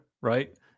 right